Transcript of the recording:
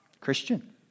Christian